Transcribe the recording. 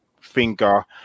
finger